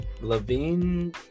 Levine